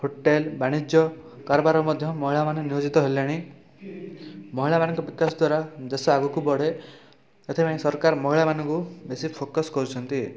hotel ବାଣିଜ୍ୟ କାରବାରରେ ମଧ୍ୟ ମହିଳାମାନେ ନିୟୋଜିତ ହେଲେଣି ମହିଳାମାନଙ୍କ ବିକାଶ ଦ୍ୱାରା ଦେଶ ଆଗକୁ ବଢ଼େ ଏଥିପାଇଁ ସରକାର ମହିଳାମାନଙ୍କୁ ବେଶୀ ଫୋକସ୍ କରୁଛନ୍ତି